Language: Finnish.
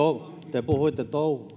te puhuitte